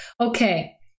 Okay